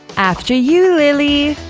after you, lily!